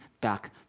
back